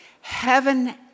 heaven